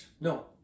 No